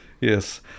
Yes